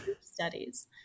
studies